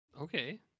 Okay